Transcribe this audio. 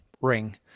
ring